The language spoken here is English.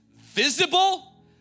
visible